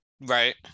Right